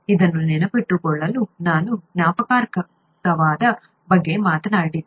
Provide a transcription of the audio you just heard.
ಇದನ್ನು ನೆನಪಿಟ್ಟುಕೊಳ್ಳಲು ನಾನು ಜ್ಞಾಪಕಾರ್ಥದ ಬಗ್ಗೆ ಮಾತನಾಡಿದೆ